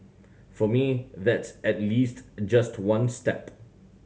for me that's at least just one step